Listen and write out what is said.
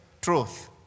truth